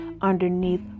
underneath